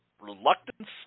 reluctance